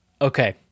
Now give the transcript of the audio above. Okay